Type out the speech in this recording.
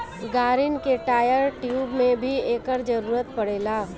गाड़िन के tyre, tube में भी एकर जरूरत पड़ेला